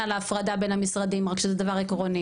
על ההפרדה בין המשרדים רק שזה דבר עקרוני,